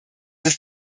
ist